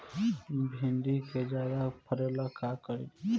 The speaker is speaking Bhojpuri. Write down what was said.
भिंडी के ज्यादा फरेला का करी?